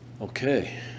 Okay